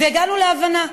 והגענו להבנה.